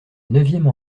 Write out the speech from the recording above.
neuvième